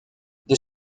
des